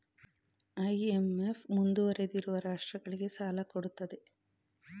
IMF ಮುಂದುವರಿದಿರುವ ರಾಷ್ಟ್ರಗಳಿಗೆ ಸಾಲ ಕೊಡುತ್ತದೆ